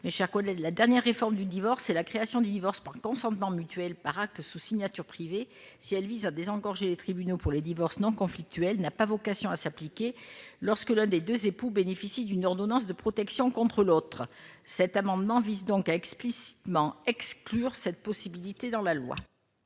Josiane Costes. La dernière réforme du divorce a introduit le divorce par consentement mutuel par acte sous signature privée, afin de désengorger les tribunaux pour les divorces non conflictuels. Celui-ci n'a pas vocation à s'appliquer lorsque l'un des deux époux bénéficie d'une ordonnance de protection contre l'autre. Cet amendement vise donc à exclure explicitement cette possibilité dans la loi.